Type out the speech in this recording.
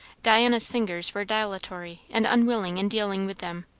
diana's fingers were dilatory and unwilling in dealing with them.